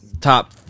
top